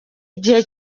igihe